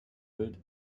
erfüllt